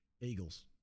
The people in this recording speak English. Eagles